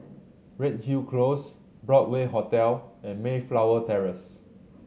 Redhill Close Broadway Hotel and Mayflower Terrace